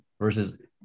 Versus